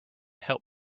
help